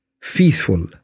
faithful